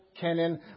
Kenan